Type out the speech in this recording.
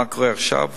מה קורה עכשיו,